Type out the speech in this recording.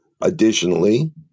Additionally